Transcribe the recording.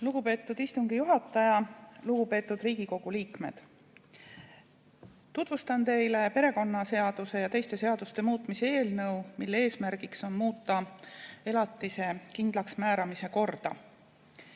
Lugupeetud istungi juhataja! Lugupeetud Riigikogu liikmed! Tutvustan teile perekonnaseaduse ja teiste seaduste muutmise eelnõu, mille eesmärk on muuta elatise kindlaksmääramise korda. On